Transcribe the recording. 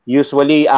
usually